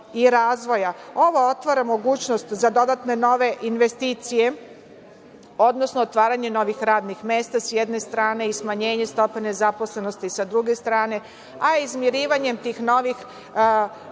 Ovo otvara mogućnost za dodatne nove investicije, odnosno otvaranje novih radnih mesta, s jedne strane, i smanjenje stope nezaposlenosti sa druge strane, a otvaranjem tih novih radnih